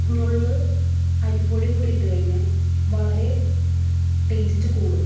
നുള്ള് അരിപ്പൊടി കൂടി ഇട്ടു കഴിഞ്ഞാൽ വളരെ ടേസ്റ്റ് കൂടും